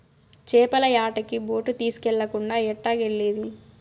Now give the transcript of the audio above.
చేపల యాటకి బోటు తీస్కెళ్ళకుండా ఎట్టాగెల్లేది